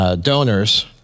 donors